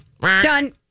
Done